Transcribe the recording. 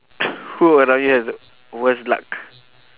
who around you has the worst luck